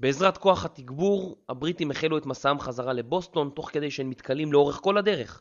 בעזרת כוח התגבור, הבריטים החלו את מסעם חזרה לבוסטון תוך כדי שהם נתקלים לאורך כל הדרך